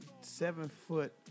seven-foot